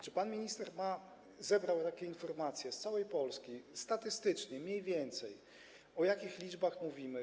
Czy pan minister ma, zebrał takie informacje - z całej Polski, statystycznie, mniej więcej - o jakich liczbach mówimy.